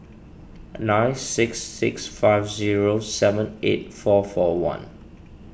nine six six five zero seven eight four four one